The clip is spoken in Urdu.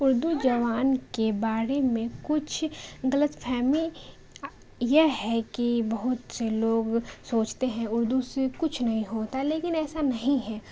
اردو زبان کے بارے میں کچھ غلط فہمی یہ ہے کہ بہت سے لوگ سوچتے ہیں اردو سے کچھ نہیں ہوتا لیکن ایسا نہیں ہے